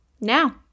Now